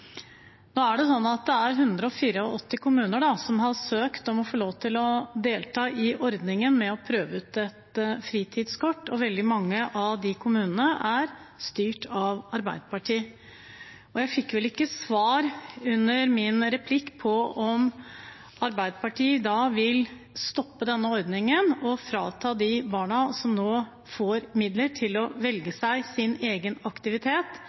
Nå er det sånn at det er 184 kommuner som har søkt om å få lov til å delta i ordningen med å prøve ut et fritidskort, og veldig mange av de kommunene er styrt av Arbeiderpartiet. Jeg fikk vel ikke svar på min replikk, om Arbeiderpartiet vil stoppe denne ordningen og frata de barna som nå får midler til å velge seg sin egen aktivitet,